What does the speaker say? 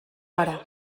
zara